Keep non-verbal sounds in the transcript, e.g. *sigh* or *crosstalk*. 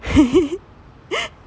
*laughs*